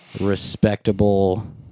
respectable